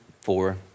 four